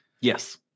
Yes